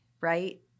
right